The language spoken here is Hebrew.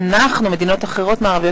65 שנים אחר כך,